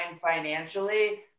financially